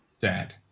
Dad